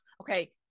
Okay